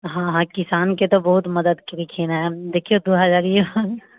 हँ हँ किसानके तऽ बहुत मदद केलखिन हँ देखियौ दू हजरियो